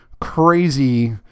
crazy